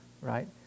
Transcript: right